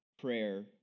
prayer